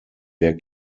der